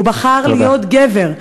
הוא בחר להיות גבר.